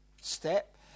step